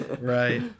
Right